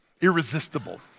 irresistible